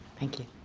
thank you.